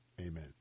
amen